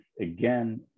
again